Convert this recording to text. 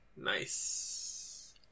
Nice